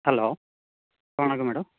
hello வணக்கம் madam